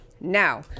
now